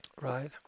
right